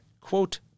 quote